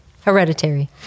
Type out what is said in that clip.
hereditary